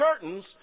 curtains